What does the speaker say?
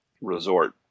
resort